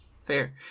Fair